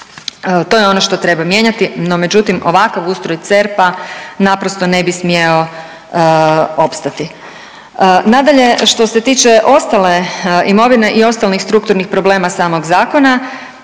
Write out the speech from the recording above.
To je ono što treba mijenjati, no međutim ovakav ustroj CERP-a naprosto ne bi smjeo opstati. Nadalje, što se tiče ostale imovine i ostalih strukturnih problema samog zakona,